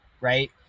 right